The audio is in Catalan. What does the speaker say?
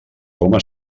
coma